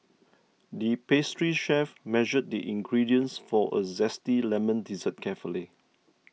the pastry chef measured the ingredients for a Zesty Lemon Dessert carefully